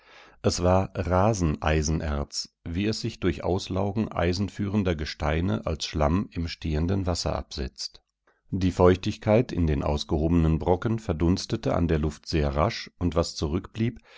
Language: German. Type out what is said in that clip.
es war raseneisenerz wie es sich durch auslaugen eisenführender gesteine als schlamm im stehenden wasser absetzt die feuchtigkeit in den ausgehobenen brocken verdunstete an der luft sehr rasch und was